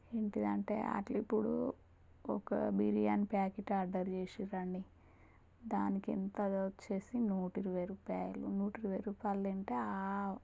ఏంటిది అంటే అవి ఇప్పుడు ఒక బిర్యానీ ప్యాకెట్ ఆర్డర్ చేసారు అండి దానికి ఇంత వచ్చి నూట ఇరువై రూపాయలు నూట ఇరువై రూపాయలు తింటే